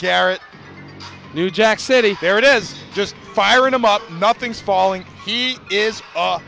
carrot new jack city there it is just firing them up nothing's falling he is